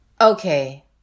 Okay